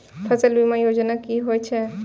फसल बीमा योजना कि होए छै?